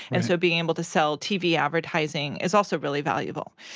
and so being able to sell tv advertising is also really valuable.